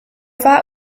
war